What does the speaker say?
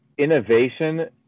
Innovation